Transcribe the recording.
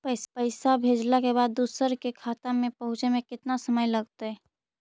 पैसा भेजला के बाद दुसर के खाता में पहुँचे में केतना समय लगतइ?